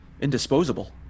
indisposable